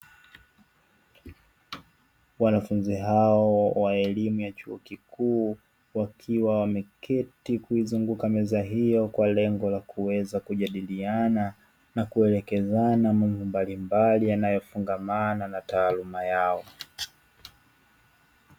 Wanafunzi hao wa elimu ya chuo kikuu wakiwa wameketi kuizunguka meza hiyo, kwa lengo la kuweza kujadiliana na kuelekezana mambo mbalimbali yanayofungamana na taaluma yao.